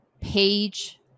page